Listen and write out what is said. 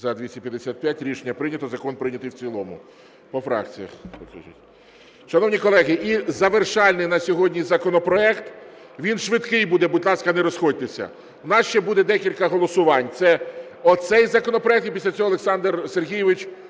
За-255 Рішення прийнято. Закон прийнятий в цілому. По фракціях покажіть. Шановні колеги, і завершальний на сьогодні законопроект. Він швидкий буде, будь ласка, не розходьтеся. У нас ще буде декілька голосувань: це оцей законопроект і після цього Олександр Сергійович